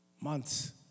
months